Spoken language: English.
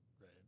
Right